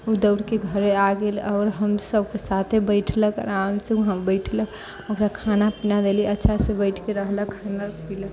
ओ दौड़के घरे आ गेल आओर हम सभके साथे बैठलक आराम से वहाँ बैठलक ओकरा खाना पीना देलीह अच्छा से बैठके रहलक खेलक पिलक